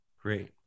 Great